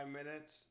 minutes